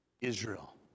Israel